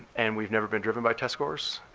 and we've never been driven by test scores.